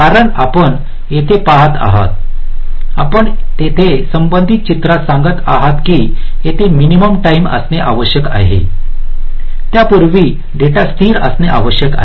कारण आपण येथे पाहत आहात आपण तेथे संबंधित चित्रात सांगत आहोत की येथे मिनिमम टाईम असणे आवश्यक आहे त्यापूर्वी डेटा स्थिर असणे आवश्यक आहे